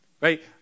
right